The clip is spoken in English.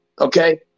Okay